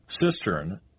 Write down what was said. cistern